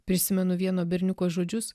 prisimenu vieno berniuko žodžius